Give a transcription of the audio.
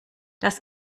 das